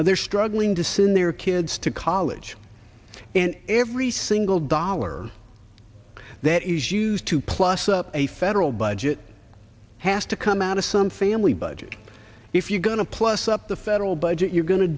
they're struggling to send their kids to college and every single dollar that is used to plus up a federal budget has to come out of some family budget if you're going to plus up the federal budget you're going to